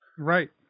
Right